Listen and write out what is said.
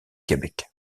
québec